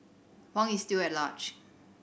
Huang is still at large